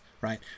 Right